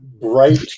Bright